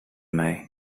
mij